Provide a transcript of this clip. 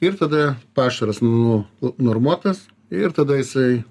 ir tada pašaras nu normuotas ir tada jisai